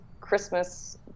Christmas